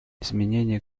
изменение